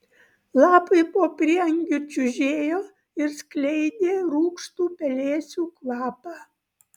lapai po prieangiu čiužėjo ir skleidė rūgštų pelėsių kvapą